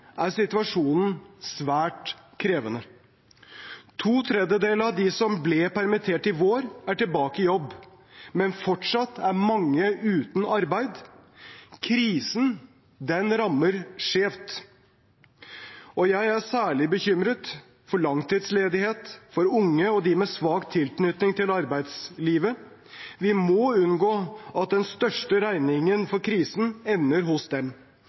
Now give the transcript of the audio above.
er situasjonen svært krevende. To tredjedeler av dem som ble permittert i vår, er tilbake i jobb, men fortsatt er mange uten arbeid. Krisen rammer skjevt. Jeg er særlig bekymret for langtidsledighet, for unge og dem med svak tilknytning til arbeidslivet. Vi må unngå at den største regningen for krisen ender hos dem.